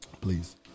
Please